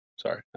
Sorry